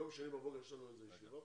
ביום שני בבוקר יש לנו כאן ישיבה?